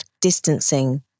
distancing